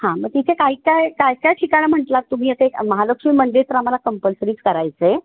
हां मग तिथे काय काय काय काय ठिकाणं म्हटलात तुम्ही आता एक महालक्ष्मी मंदिर तर आम्हाला कंपल्सरीच करायचं आहे